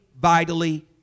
vitally